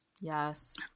Yes